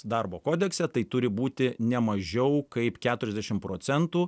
darbo kodekse tai turi būti nemažiau kaip keturiasdešim procentų